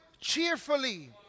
cheerfully